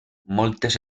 moltes